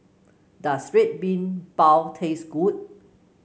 does Red Bean Bao taste good